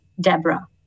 DEBRA